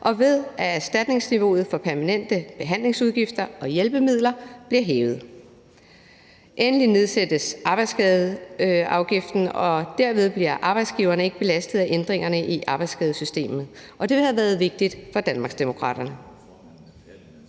og ved at erstatningsniveauet for permanente behandlingsudgifter og hjælpemidler bliver hævet. Endelig nedsættes arbejdsskadeafgiften, og derved bliver arbejdsgiverne ikke belastet af ændringerne i arbejdsskadesystemet, og det har været vigtigt for Danmarksdemokraterne.